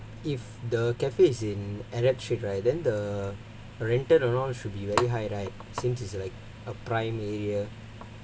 if the cafe is in arab street right then the rental around should be very high right since it is like a prime area